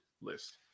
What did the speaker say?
list